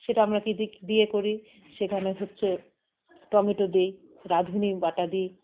সেটা আমরা কি দিয়ে করি সেখানে হচ্ছে টমেটো দিই রাঁধুনি বাটা দিই